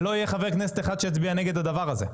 ולא יהיה חבר כנסת אחד שיצביע נגד הדבר הזה,